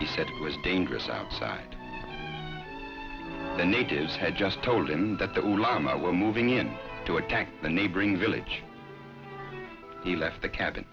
he said it was dangerous outside the natives had just told him that the llama were moving in to attack the neighboring village he left the cabin